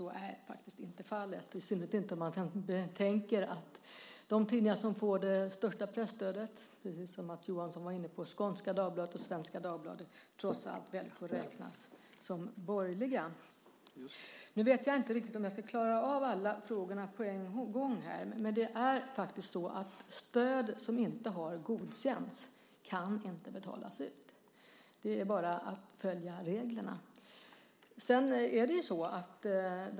Så är faktiskt inte fallet, i synnerhet inte om man betänker att de tidningar som får det största presstödet, de som Mats Johansson var inne på, Skånska Dagbladet och Svenska Dagbladet, trots allt väl får räknas som borgerliga. Nu vet jag inte riktigt om jag ska klara av alla frågorna på en gång, men stöd som inte har godkänts kan inte betalas ut. Det är bara att följa reglerna.